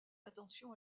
attention